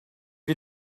you